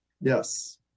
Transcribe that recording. Yes